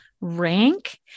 rank